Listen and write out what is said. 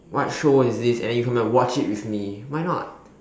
what show is this and then you come in and watch it with me why not